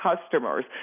customers